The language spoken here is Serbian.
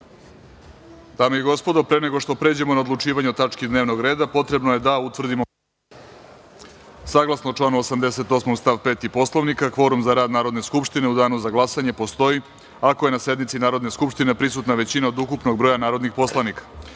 dame i gospodo, pre nego što pređemo na odlučivanje o tački dnevnog reda, potrebno je da utvrdimo kvorum. Saglasno članu 88. stav 5. Poslovnika Narodne skupštine, kvorum za rad Narodne skupštine u Danu za glasanje postoji ako je na sednici Narodne skupštine prisutna većina od ukupnog broja narodnih poslanika. Molim